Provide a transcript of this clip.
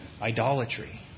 idolatry